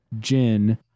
Jin